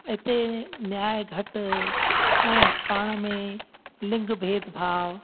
इते न्याय घटि ऐं पाण में लिंग भेद भाव